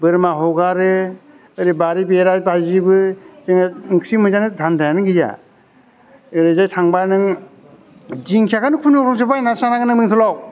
बोरमा हगारो ओरै बारि बेरा बायजोबो जोङो ओंख्रि मोनजानो धानदायानो गैया ओरैजाय थांबा नों दिंखियाखौनो खुनुरुखुम बायनानैसो जानांगोन नों बेंथलाव